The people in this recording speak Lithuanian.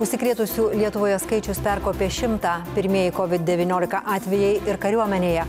užsikrėtusių lietuvoje skaičius perkopė šimtą pirmieji kovid devyniolika atvejai ir kariuomenėje